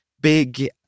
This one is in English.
big